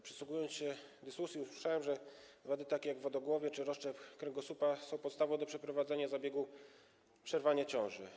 Przysłuchując się dyskusji, usłyszałem, że takie wady jak wodogłowie czy rozszczep kręgosłupa są podstawą do przeprowadzenia zabiegu przerwania ciąży.